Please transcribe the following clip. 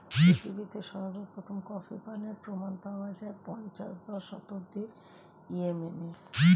পৃথিবীতে সর্বপ্রথম কফি পানের প্রমাণ পাওয়া যায় পঞ্চদশ শতাব্দীর ইয়েমেনে